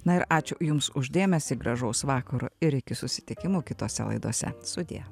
na ir ačiū jums už dėmesį gražaus vakaro ir iki susitikimų kitose laidose sudie